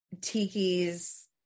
Tiki's